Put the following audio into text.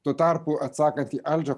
tuo tarpu atsakant į aldžio